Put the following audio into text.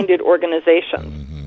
organizations